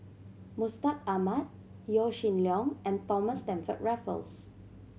Mustaq Ahmad Yaw Shin Leong and Thomas Stamford Raffles